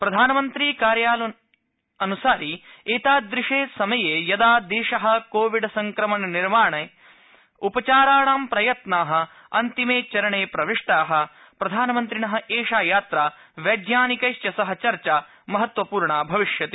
प्रधानमन्त्री कार्यालयान्सारि एतादृश्न समये यदा देश कोविड्संक्रमणनिवारणो पचाराणां प्रयत्ना अन्तिमे चरणे प्रविष्टाः प्रधानमन्त्रिणः एषा यात्रा वैज्ञानिकैश्व सह चर्चाः महत्वपूर्णाः भविष्यति